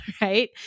right